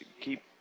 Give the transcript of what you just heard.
keep